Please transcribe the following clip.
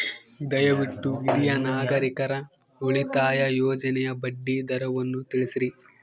ದಯವಿಟ್ಟು ಹಿರಿಯ ನಾಗರಿಕರ ಉಳಿತಾಯ ಯೋಜನೆಯ ಬಡ್ಡಿ ದರವನ್ನು ತಿಳಿಸ್ರಿ